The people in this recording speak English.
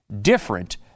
different